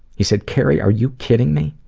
he said, kerry, are you kidding me?